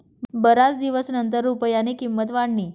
बराच दिवसनंतर रुपयानी किंमत वाढनी